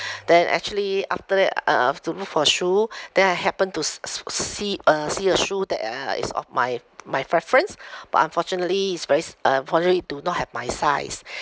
then actually after that uh I've to look for shoe then I happen to s~ s~ see a see a shoe that uh is of my my preference but unfortunately is verys uh unfortunately do not have my size